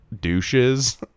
douches